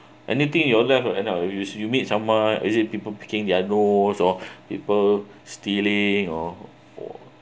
anything you're left and another use you meet someone is it people picking their nose or people stealing or or